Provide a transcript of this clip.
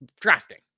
drafting